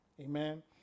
Amen